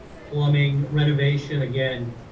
plumbing, renovation again,